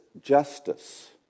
justice